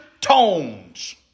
tones